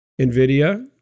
NVIDIA